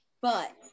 but-